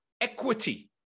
equity